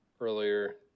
earlier